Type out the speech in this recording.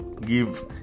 give